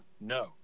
no